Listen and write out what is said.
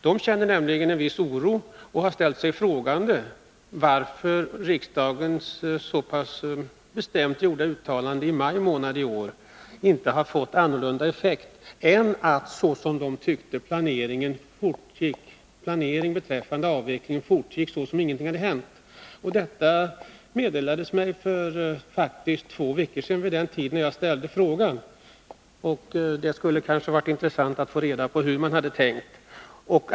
De känner nämligen en viss oro och har stö t sig frågande till att riksdagens så pass bestämt gjorda uttalande i maj månad i år inte har fått någon annan effekt och att planeringen beträffande avvecklingen fortgick som om ingenting hade hänt. Detta meddelades mig för två veckor sedan, vid den tid då jag ställde frågan. Det skulle ha varit intressant att veta hur man hade tänkt.